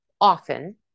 often